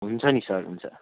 हुन्छ नि सर हुन्छ